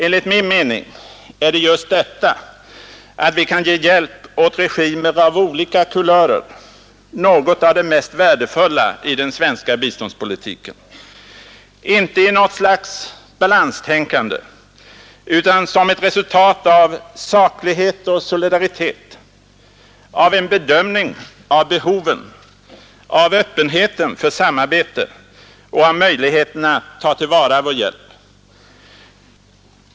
Enligt min mening är just detta att vi kan ge hjälp åt regimer av olika kulörer något av det mest värdefulla i den svenska biståndspolitiken — inte i något slags balanstänkande, utan som ett resultat av saklighet och solidaritet, av en bedömning av behoven, av öppenheten för samarbete och av möjligheterna att ta till vara vår hjälp.